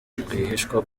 rwihishwa